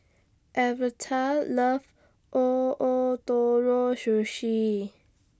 Alverta loves O Ootoro Sushi